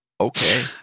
Okay